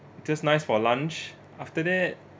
just nice for lunch after that